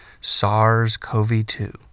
SARS-CoV-2